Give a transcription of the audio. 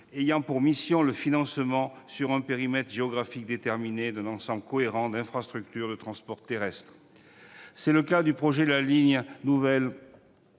ayant pour mission le financement, sur un périmètre géographique déterminé, d'un ensemble cohérent d'infrastructures de transport terrestre. C'est le cas du projet de la ligne nouvelle